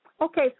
Okay